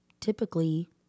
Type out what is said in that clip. typically